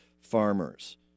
farmers